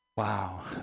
Wow